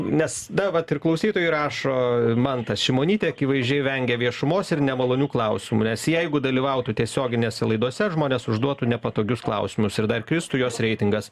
nes na vat ir klausytojai rašo mantas šimonytė akivaizdžiai vengia viešumos ir nemalonių klausimų nes jeigu dalyvautų tiesioginėse laidose žmonės užduotų nepatogius klausimus ir dar kristų jos reitingas